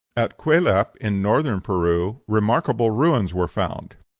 at cuelap, in northern peru, remarkable ruins were found.